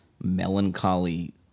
Melancholy